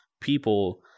people